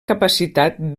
capacitat